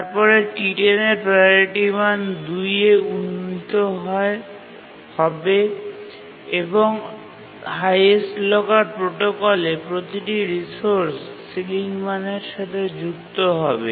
তারপরে T10 এর priority মান ২ এ উন্নীত হবে এবং হাইয়েস্ট লকার প্রোটোকলে প্রতিটি রিসোর্স সিলিং মানের সাথে যুক্ত হবে